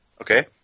Okay